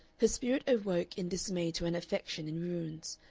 her spirit awoke in dismay to an affection in ruins,